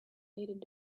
faded